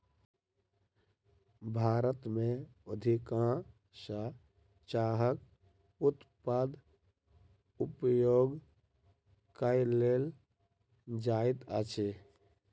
भारत में अधिकाँश चाहक उत्पाद उपयोग कय लेल जाइत अछि